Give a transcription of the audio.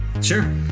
Sure